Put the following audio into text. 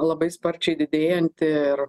labai sparčiai didėjanti ir